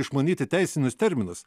išmanyti teisinius terminus